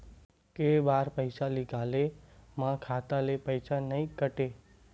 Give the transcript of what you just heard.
के बार पईसा निकले मा खाता ले पईसा नई काटे?